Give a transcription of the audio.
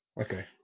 Okay